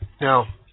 Now